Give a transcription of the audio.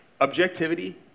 Objectivity